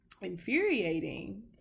infuriating